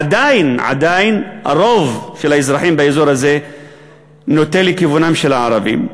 עדיין הרוב של האזרחים באזור הזה נוטה לכיוונם של הערבים.